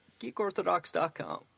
GeekOrthodox.com